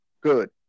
Good